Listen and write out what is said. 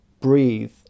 breathe